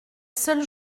seule